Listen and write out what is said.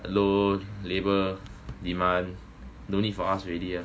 low labour demand no need for us already ah